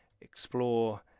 explore